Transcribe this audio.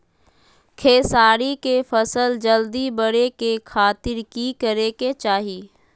खेसारी के फसल जल्दी बड़े के खातिर की करे के चाही?